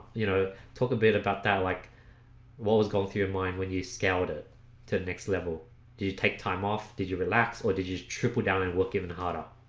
you know talk a bit about that like what was going through your mind when you scaled it to the next level do you take time off? did you relax or did you trip down and work even harder?